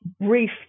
brief